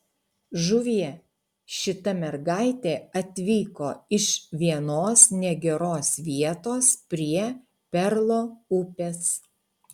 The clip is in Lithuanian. žuvie šita mergaitė atvyko iš vienos negeros vietos prie perlo upės